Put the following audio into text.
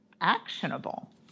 actionable